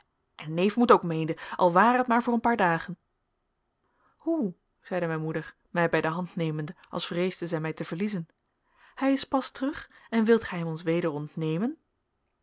en neef moet ook mede al ware het maar voor een paar dagen hoe zeide mijn moeder mij bij de hand nemende als vreesde zij mij te verliezen hij is pas terug en wilt gij hem ons weder ontnemen